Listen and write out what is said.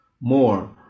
more